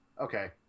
Okay